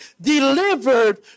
delivered